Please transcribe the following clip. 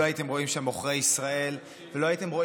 לא הייתם רואים שם עוכרי ישראל ולא הייתם רואים